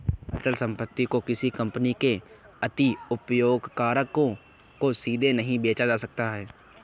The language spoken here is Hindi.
अचल संपत्ति को किसी कंपनी के अंतिम उपयोगकर्ताओं को सीधे नहीं बेचा जा सकता है